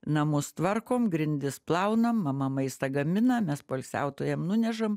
namus tvarkom grindis plaunam mama maistą gamina mes poilsiautojam nunešam